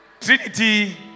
Trinity